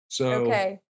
Okay